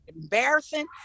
embarrassing